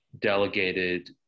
delegated